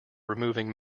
removing